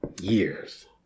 years